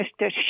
Mr